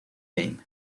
game